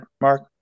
Mark